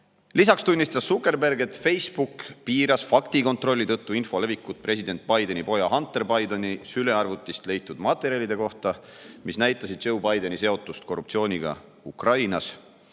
Lisaks tunnistas Zuckerberg, et Facebook piiras faktikontrolli tõttu info levikut president Bideni poja Hunter Bideni sülearvutist leitud materjalide kohta, mis näitasid Joe Bideni seotust korruptsiooniga Ukrainas.